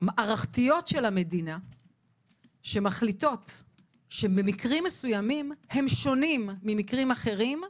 מערכתיות של המדינה שמחליטות שמקרים מסוימים הם שונים ממקרים אחרים,